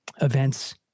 events